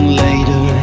later